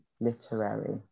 literary